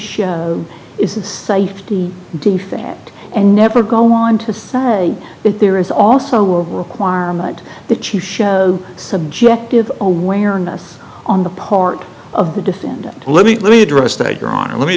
show is a safety that and never go on to say that there is also a requirement that you show subjective awareness on the part of the defendant let me let me address that your honor let me